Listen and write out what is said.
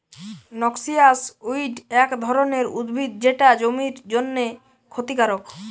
noxious weed এক ধরণের উদ্ভিদ যেটা জমির জন্যে ক্ষতিকারক